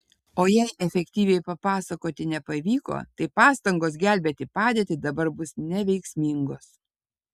o jei efektyviai papasakoti nepavyko tai pastangos gelbėti padėtį dabar bus neveiksmingos